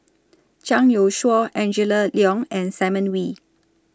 Zhang Youshuo Angela Liong and Simon Wee